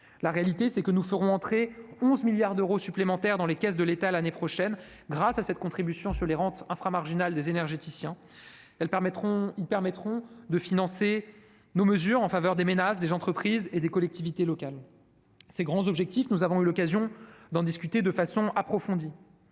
La réalité, c'est que nous ferons entrer 11 milliards d'euros supplémentaires dans les caisses de l'État, l'année prochaine, grâce à cette contribution sur les rentes inframarginales des énergéticiens. Ils permettront de financer nos mesures en faveur des ménages, des entreprises et des collectivités locales. Ces grands objectifs, nous avons eu l'occasion d'en discuter de manière approfondie.